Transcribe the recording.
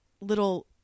little